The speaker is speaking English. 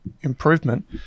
improvement